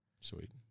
Sweet